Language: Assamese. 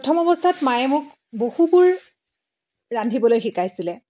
প্ৰথম অৱস্থাত মায়ে মোক বহুবোৰ ৰান্ধিবলৈ শিকাইছিলে